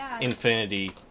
Infinity